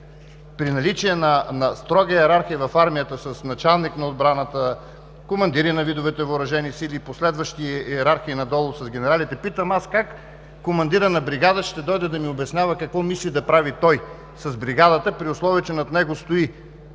при наличие на строга йерархия в армията с началник на Отбраната, командири на видовете въоръжени сили и последващи йерархии надолу с генералите, питам аз: как командирът на бригада ще дойде да ми обяснява какво мисли да прави той с бригадата, при условие че над него стои,